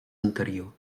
anterior